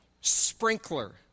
sprinkler